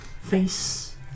face